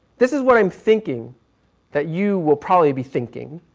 this is what i'm thinking that you will probably be thinking.